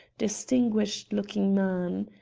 distinguished-looking man.